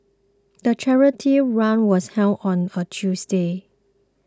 the charity run was held on a Tuesday